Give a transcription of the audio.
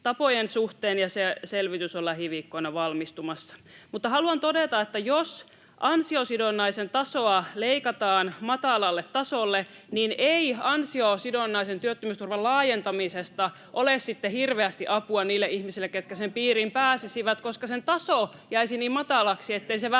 suhteen, ja se selvitys on lähiviikkoina valmistumassa. Mutta haluan todeta, että jos ansiosidonnaisen tasoa leikataan matalalle tasolle, niin ei ansiosidonnaisen työttömyysturvan laajentamisesta ole sitten hirveästi apua niille ihmisille, ketkä sen piiriin pääsisivät, koska sen taso jäisi niin matalaksi, ettei se